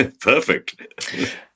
Perfect